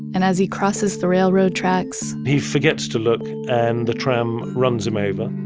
and as he crosses the railroad tracks, he forgets to look and the tram runs him over